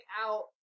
out